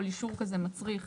כל הסכם כזה מצריך